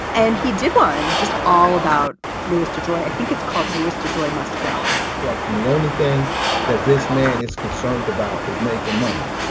and he did one just all about lewis dejoy, i think it's called lewis dejoy must go and destruction the only thing that this man is concerned about is making money.